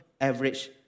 average